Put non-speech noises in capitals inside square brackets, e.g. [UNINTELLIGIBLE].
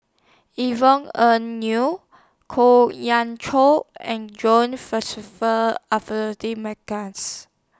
Yvonne Ng Uhde Kwok [UNINTELLIGIBLE] Chow and John [UNINTELLIGIBLE]